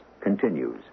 continues